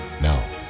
Now